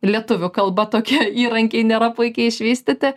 lietuvių kalba tokie įrankiai nėra puikiai išvystyti